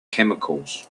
chemicals